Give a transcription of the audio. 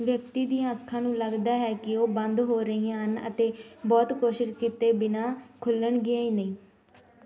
ਵਿਅਕਤੀ ਦੀਆਂ ਅੱਖਾਂ ਨੂੰ ਲਗਦਾ ਹੈ ਕਿ ਉਹ ਬੰਦ ਹੋ ਰਹੀਆਂ ਹਨ ਅਤੇ ਬਹੁਤ ਕੋਸ਼ਿਸ਼ ਕੀਤੇ ਬਿਨਾਂ ਖੁੱਲ੍ਹਣਗੀਆਂ ਹੀ ਨਹੀਂ